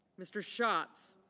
mr. shots.